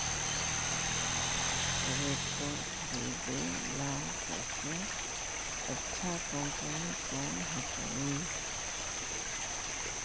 Tractor खरीदेला सबसे अच्छा कंपनी कौन होतई?